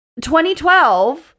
2012